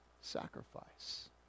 sacrifice